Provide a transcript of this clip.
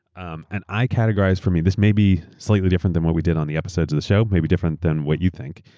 um and i categorized. for me, this may be slightly different than what we did on the episodes of the show, maybe different than what you think.